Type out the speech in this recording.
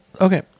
okay